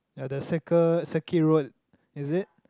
yah the Circle Circuit Road is it